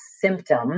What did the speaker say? symptom